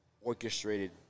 orchestrated